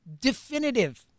definitive